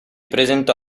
presentò